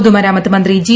പൊതുമരാമത്ത് മന്ത്രി ജി